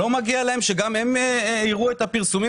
לא מגיע להם שגם הם יראו את הפרסומים